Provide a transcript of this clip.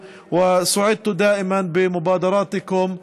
ושמחתי תמיד על היוזמות שלכם,